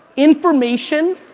information,